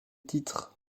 titres